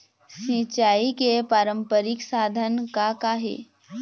सिचाई के पारंपरिक साधन का का हे?